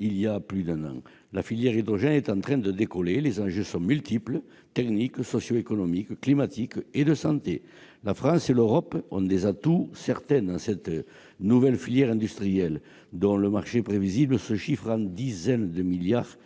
il y a plus d'un an. La filière hydrogène est en train de décoller, les enjeux sont multiples : techniques, socio-économiques, climatiques, santé. La France et l'Europe ont des atouts certains dans cette nouvelle filière industrielle, dont le marché prévisible se chiffre en dizaines de milliards